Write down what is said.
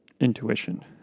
intuition